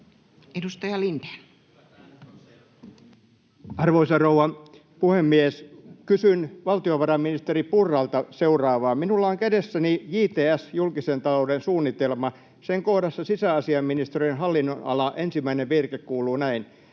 16:23 Content: Arvoisa rouva puhemies! Kysyn valtiovarainministeri Purralta seuraavaa: Minulla on kädessäni JTS, julkisen talouden suunnitelma. Sen kohdassa ”Sisäministe-riön hallinnonala” ensimmäinen virke kuuluu näin: